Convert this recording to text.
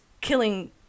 killing